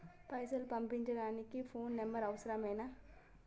పైసలు పంపనీకి phone number అవసరమేనా?